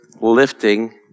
lifting